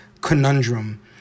conundrum